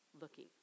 looking